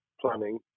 planning